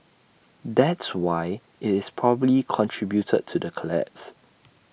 that's why IT is probably contributed to the collapse